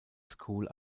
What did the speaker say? school